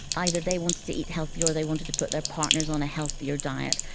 either they wanted to eat healthy or they wanted to put their partners on a healthier diet.